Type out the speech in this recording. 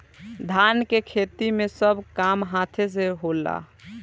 धान के खेती मे सब काम हाथे से होला